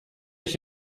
ich